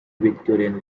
victorian